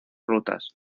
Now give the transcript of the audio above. rutas